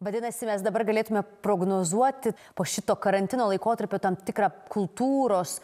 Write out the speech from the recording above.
vadinasi mes dabar galėtume prognozuoti po šito karantino laikotarpio tam tikrą kultūros